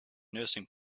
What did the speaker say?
nursing